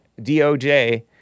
DOJ